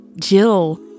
Jill